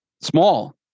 Small